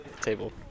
table